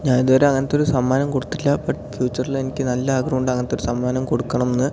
ഞാനിതുവരെ അങ്ങനത്തൊരു സമ്മാനം കൊടുത്തിട്ടില്ല ബട്ട് ഫ്യൂച്ചറിൽ എനിക്ക് നല്ല ആഗ്രഹമുണ്ടങ്ങനത്തെ ഒരു സമ്മാനം കൊടുക്കണം എന്ന്